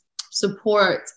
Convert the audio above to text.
support